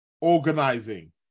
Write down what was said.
Organizing